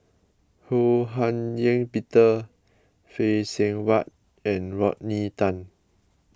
Ho Hak Ean Peter Phay Seng Whatt and Rodney Tan